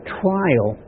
trial